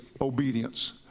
obedience